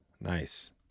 Nice